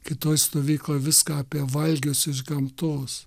kitoj stovykloj viską apie valgius iš gamtos